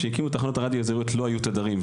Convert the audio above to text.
כשהקימו תחנות רדיו אז לא היו תדרים,